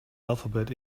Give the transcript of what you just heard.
alphabet